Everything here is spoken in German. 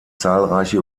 zahlreiche